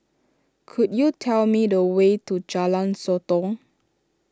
could you tell me the way to Jalan Sotong